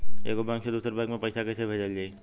एगो बैक से दूसरा बैक मे पैसा कइसे भेजल जाई?